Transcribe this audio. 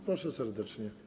Proszę serdecznie.